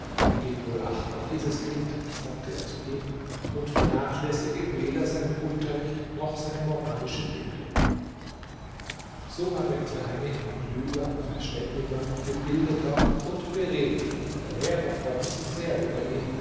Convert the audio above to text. gib wohl acht auf dieses kind sagte er zu ihm und vernachlässige weder seinen unterricht noch seine moralische bildung so war der kleine immer klüger verständiger gebildeter und beredter der lehrer freute sich sehr über ihn